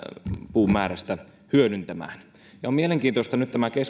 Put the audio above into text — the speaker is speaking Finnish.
puumäärästä hyödyntämään on mielenkiintoista nyt tämä